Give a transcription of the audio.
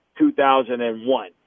2001